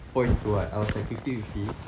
point what I was like fifty fifty